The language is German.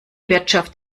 wirtschaft